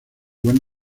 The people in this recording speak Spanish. buen